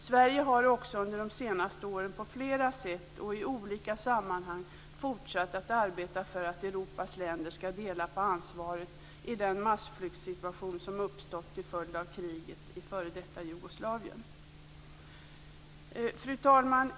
Sverige har också under de senaste åren på flera sätt och i olika sammanhang fortsatt att arbeta för att Europas länder skall dela på ansvaret i den massflyktssituation som uppstått till följd av kriget i f.d. Fru talman!